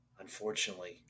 Unfortunately